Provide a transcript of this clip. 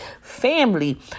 family